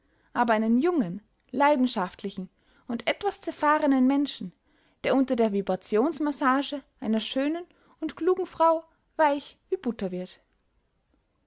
aber einen jungen leidenschaftlichen und etwas zerfahrenen menschen der unter der vibrationsmassage einer schönen und klugen frau weich wie butter wird